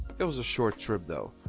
it was a short trip though.